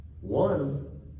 One